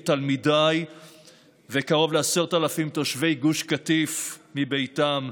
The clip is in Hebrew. את תלמידיי וקרוב ל-10,000 תושבי גוש קטיף מביתם,